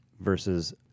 versus